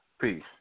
Peace